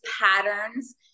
patterns